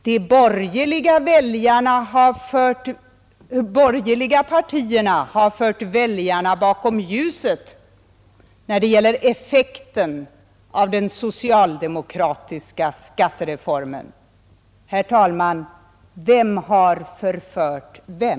”De borgerliga partierna har fört väljarna bakom ljuset när det gäller effekten av den socialdemokratiska skattereformen”. Herr talman! Vem har förfört vem?